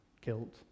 guilt